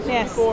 Yes